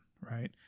right